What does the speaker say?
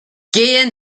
gehen